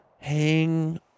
Hang